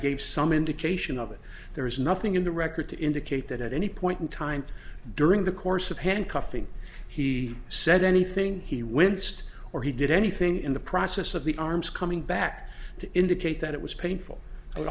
gave some indication of it there is nothing in the record to indicate that at any point in time during the course of handcuffing he said anything he winced or he did anything in the process of the arms coming back to indicate that it was painful i would